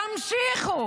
תמשיכו